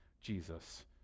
Jesus